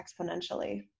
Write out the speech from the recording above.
exponentially